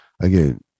again